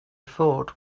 fort